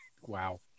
Wow